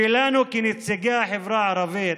ולנו כנציגי החברה הערבית,